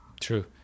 true